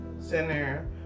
center